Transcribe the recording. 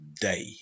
day